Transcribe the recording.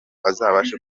azabashe